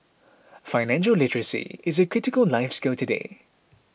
financial literacy is a critical life skill today